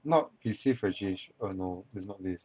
not easy for this err no is not this